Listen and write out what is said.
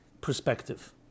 perspective